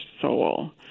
soul